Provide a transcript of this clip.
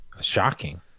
Shocking